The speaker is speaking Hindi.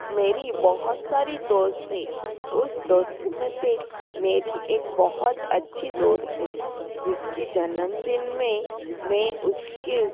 मेरे बहुत सारी दोस्त है उस दोस्त में से मेरी एक बहुत अच्छी दोस्त है जिसके जन्मदिन में मैं उसके